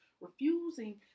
refusing